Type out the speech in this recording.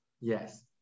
Yes